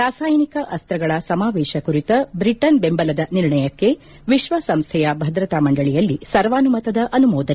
ರಾಸಾಯನಿಕ ಅಸ್ತಗಳ ಸಮಾವೇಶ ಕುರಿತ ಬ್ರಿಟನ್ ಬೆಂಬಲದ ನಿರ್ಣಯಕ್ಕೆ ವಿಶ್ವಸಂಸ್ವೆಯ ಭದ್ರತಾ ಮಂಡಳಯಲ್ಲಿ ಸರ್ವಾನುಮತದ ಅನುಮೋದನೆ